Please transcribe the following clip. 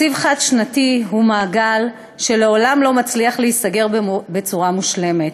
תקציב חד-שנתי הוא מעגל שלעולם לא מצליח להיסגר בצורה מושלמת.